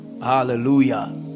Hallelujah